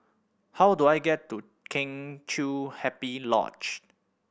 how do I get to Kheng Chiu Happy Lodge